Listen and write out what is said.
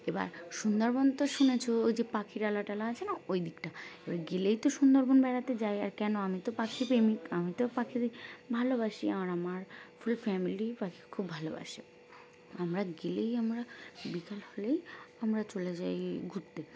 এবার সুন্দরবন তো শুনেছো ওই যে পাখির আলা টালা আছে না ওই দিকটা এবার গেলেই তো সুন্দরবন বেড়াতে যাই আর কেন আমি তো পাখি প্রেমিক আমি তো পাখিদের ভালোবাসি আর আমার ফুল ফ্যামিলি পাখি খুব ভালোবাসে আমরা গেলেই আমরা বিকাল হলেই আমরা চলে যাই ঘুরতে